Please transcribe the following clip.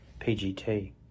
PGT